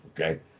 okay